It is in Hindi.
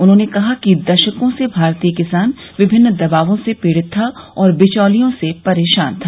उन्होंने कहा कि दशकों से भारतीय किसान विभिन्न दबावों से पीडित था और बिचौलियों से परेशान था